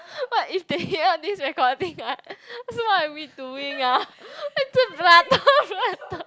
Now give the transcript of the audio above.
what if they hear this recording ah so what are we doing ah